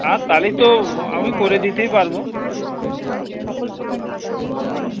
হ্যাঁ তাহলে তো আমি করে দিতেই পারবো হুম